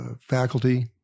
faculty